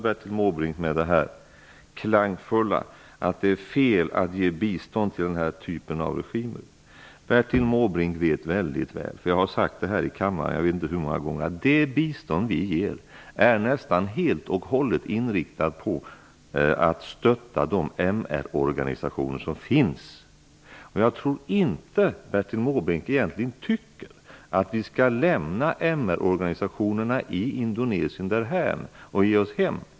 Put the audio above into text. Bertil Måbrink avslutade med det klangfulla att det är fel att ge bistånd till den här typen av regimer. Bertil Måbrink vet mycket väl -- jag vet inte hur många gånger jag har sagt det här i kammaren -- att det bistånd vi ger är nästan helt och hållet inriktat på att stötta de MR-organisationer som finns. Jag tror inte att Bertil Måbrink egentligen tycker att vi skall lämna MR-organisationerna i Indonesien därhän och ge oss hem.